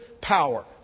power